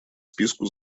списку